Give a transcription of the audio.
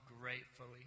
gratefully